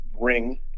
ring